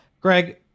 Greg